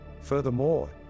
Furthermore